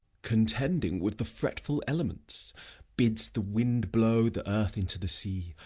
contending with the fretful elements bids the wind blow the earth into the sea,